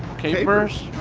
capers,